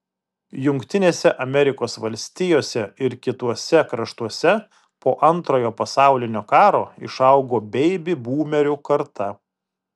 jungtinėse amerikos valstijose ir kituose kraštuose po antrojo pasaulinio karo išaugo beibi būmerių karta